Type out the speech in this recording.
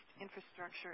infrastructure